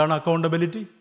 accountability